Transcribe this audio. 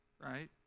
right